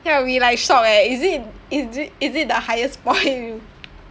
ya we like shock eh is it is it is it the highest point